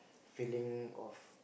feeling of